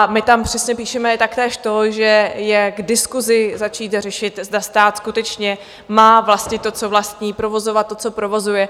My tam přesně píšeme taktéž to, že je k diskusi začít řešit, zda stát skutečně má vlastnit to, co vlastní, provozovat to, co provozuje.